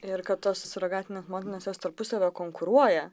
ir kad tos surogatinės motinos jos tarpusavyje konkuruoja